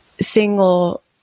single